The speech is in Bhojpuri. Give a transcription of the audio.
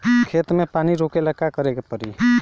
खेत मे पानी रोकेला का करे के परी?